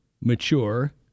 mature